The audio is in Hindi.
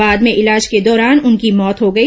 बाद में इलाज के दौरान उनकी मौत हो गई